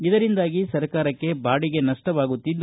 ಇದರಿಂದಾಗಿ ಸರಕಾರಕ್ಕೆ ಬಾಡಿಗೆ ನಷ್ಷವಾಗುತ್ತಿದೆ